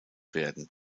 werden